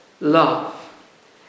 love